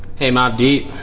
hey my deep